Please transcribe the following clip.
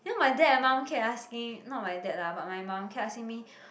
you know my dad and mum kept asking not my dad lah but my mum kept asking me